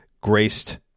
graced